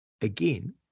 again